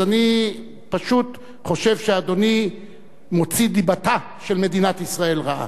אז אני פשוט חושב שאדוני מוציא דיבתה של מדינת ישראל רעה.